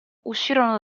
uscirono